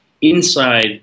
inside